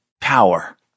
power